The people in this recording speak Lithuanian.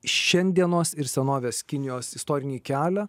šiandienos ir senovės kinijos istorinį kelią